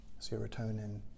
serotonin